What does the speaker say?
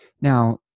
Now